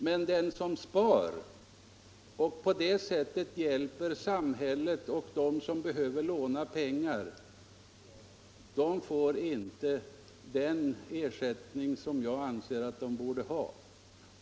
Men de som sparar och på det sättet hjälper samhället och dem som behöver låna pengar, får inte den ersättning som jag anser att de borde ha.